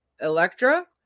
Electra